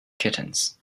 kittens